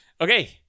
Okay